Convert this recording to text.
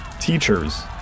Teachers